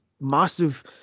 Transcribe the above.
massive